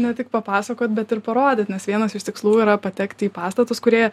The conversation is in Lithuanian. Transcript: ne tik papasakot bet ir parodyt nes vienas iš tikslų yra patekti į pastatus kurie